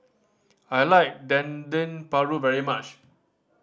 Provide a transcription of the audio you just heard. I like Dendeng Paru very much